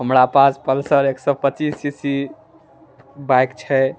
हमरा पास पल्सर एक सए पच्चीस सीसी बाइक छै